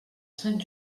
sant